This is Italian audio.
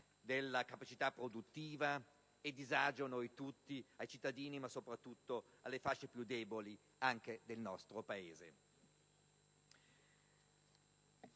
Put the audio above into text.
della capacità produttiva e disagio a noi tutti, ai cittadini ma, soprattutto, alle fasce più deboli anche del nostro Paese.